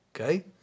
Okay